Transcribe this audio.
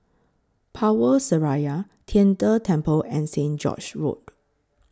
Power Seraya Tian De Temple and St George's Road